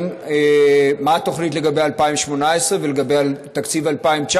מה התוכנית לגבי 2018 ולגבי תקציב 2019?